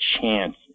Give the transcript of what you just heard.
chance